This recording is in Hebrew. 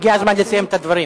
הגיע הזמן לסיים את הדברים.